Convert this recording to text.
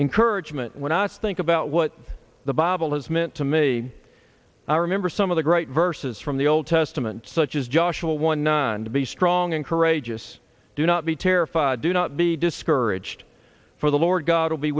encouragement when i think about what the bible has meant to me i remember some of the great verses from the old testament such as joshua one nine to be strong and courageous do not be terrified do not be discouraged for the lord god will be